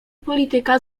polityka